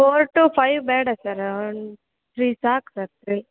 four to five ಬೇಡ sir three ಸಾಕು sir three